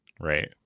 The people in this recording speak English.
right